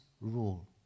rule